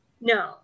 No